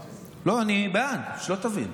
לא, אני בעד, שלא תבין.